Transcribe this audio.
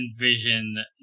envision